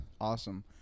Awesome